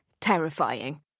terrifying